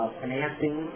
financing